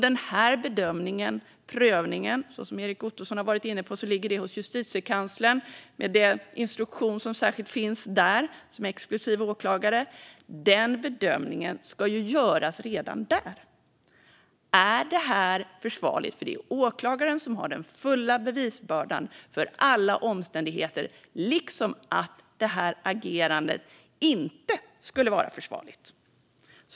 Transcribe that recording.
Den här bedömningen och prövningen ligger som Erik Ottoson varit inne på hos Justitiekanslern som exklusiv åklagare med den särskilda instruktion som finns där. Bedömningen ska göras redan där: Är det här försvarligt? Det är åklagaren som har den fulla bevisbördan för alla omständigheter liksom för att agerandet inte skulle vara försvarligt.